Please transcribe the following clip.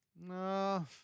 No